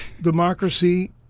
Democracy